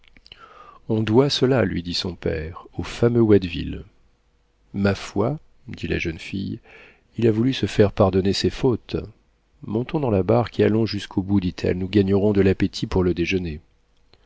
on doit cela lui dit son père au fameux watteville ma foi dit la jeune fille il a voulu se faire pardonner ses fautes montons dans la barque et allons jusqu'au bout dit-elle nous gagnerons de l'appétit pour le déjeuner